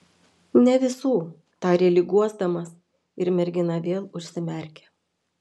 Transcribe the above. ne visų tarė lyg guosdamas ir mergina vėl užsimerkė